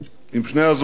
עם שני הזוכים,